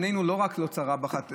שלא רק שעינינו לא צרה בחתולים,